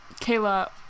Kayla